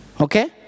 Okay